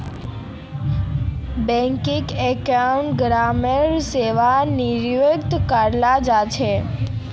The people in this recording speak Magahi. बैंकिंग एजेंट ग्राहकेर सेवार नियुक्त कराल जा छेक